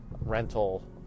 rental